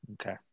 Okay